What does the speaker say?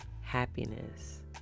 happiness